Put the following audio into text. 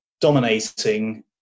dominating